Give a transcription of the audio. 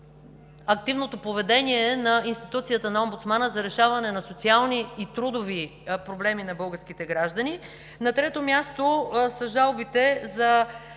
активното поведение на институцията на Омбудсмана за решаване на социални и трудови проблеми на българските граждани. На трето място са жалбите за